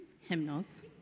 hymnals